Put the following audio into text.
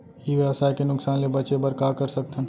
ई व्यवसाय के नुक़सान ले बचे बर का कर सकथन?